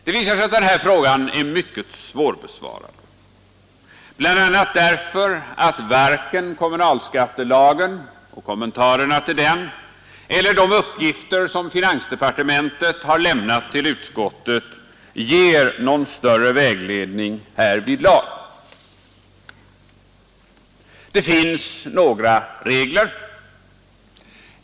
Det visar sig att den här frågan är mycket svårbesvarad, bl.a. därför att varken kommunalskattelagen, och kommentarerna till den, eller de uppgifter som finansdepartementet har lämnat till utskottet ger någon större vägledning härvidlag. Det finns några regler.